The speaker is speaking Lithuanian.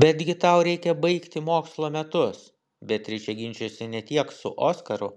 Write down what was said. betgi tau reikia baigti mokslo metus beatričė ginčijosi ne tiek su oskaru